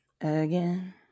again